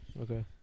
Okay